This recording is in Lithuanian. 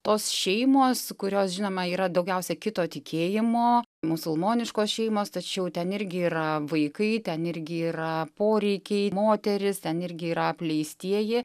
tos šeimos kurios žinoma yra daugiausia kito tikėjimo musulmoniškos šeimos tačiau ten irgi yra vaikai ten irgi yra poreikiai moterys ten irgi yra apleistieji